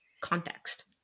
context